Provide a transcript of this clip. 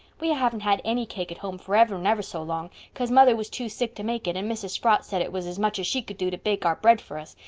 we haven't had any cake at home for ever'n ever so long, cause mother was too sick to make it and mrs. sprott said it was as much as she could do to bake our bread for us.